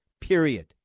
Period